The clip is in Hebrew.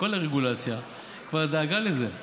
כל הרגולציה כבר דאגה לזה.